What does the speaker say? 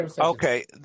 okay